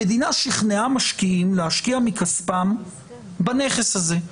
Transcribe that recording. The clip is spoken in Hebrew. המדינה שכנעה משקיעים להשקיע מכספם בנכס הזה.